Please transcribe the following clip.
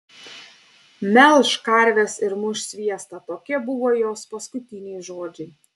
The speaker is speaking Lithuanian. melš karves ir muš sviestą tokie buvo jos paskutiniai žodžiai